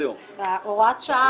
יש נמנע 1. גם אני נמנע.